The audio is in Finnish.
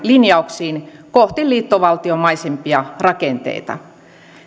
linjauksiin kohti liittovaltiomaisempia rakenteita